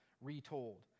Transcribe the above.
Retold